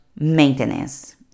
maintenance